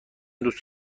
دوست